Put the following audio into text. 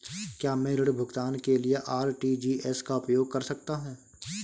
क्या मैं ऋण भुगतान के लिए आर.टी.जी.एस का उपयोग कर सकता हूँ?